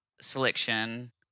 selection